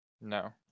No